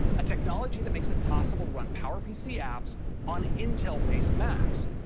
a technology that makes it possible to run powerpc apps on intel-based macs.